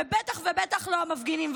ובטח ובטח לא המפגינים.